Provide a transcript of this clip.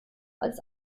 als